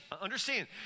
Understand